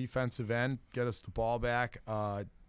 defensive end get us the ball back